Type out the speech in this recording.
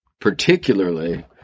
particularly